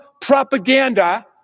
propaganda